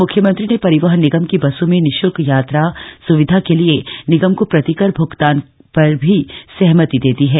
म्ख्यमंत्री ने परिवहन निगम की बसों में निशुल्क यात्रा स्विधा के लिए निगम को प्रतिकर भुगतान पर भी सहमति दे दी है